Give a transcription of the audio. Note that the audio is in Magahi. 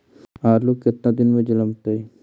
आलू केतना दिन में जलमतइ?